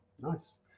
Nice